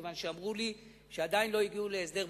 מכיוון שאמרו לי שעדיין לא הגיעו להסדר.